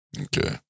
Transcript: okay